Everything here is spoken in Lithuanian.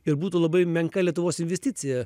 ir būtų labai menka lietuvos investicija